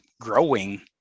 growing